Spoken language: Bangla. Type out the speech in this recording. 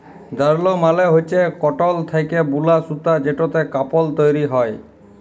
যারল মালে হচ্যে কটল থ্যাকে বুলা সুতা যেটতে কাপল তৈরি হ্যয়